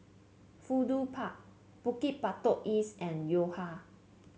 Fudu Park Bukit Batok East and Yo Ha